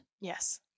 Yes